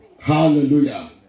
Hallelujah